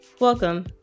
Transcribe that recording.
Welcome